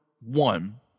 one